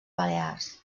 balears